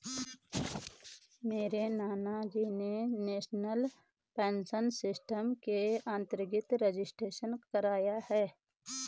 मेरे नानाजी ने नेशनल पेंशन सिस्टम के अंतर्गत रजिस्ट्रेशन कराया है